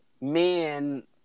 men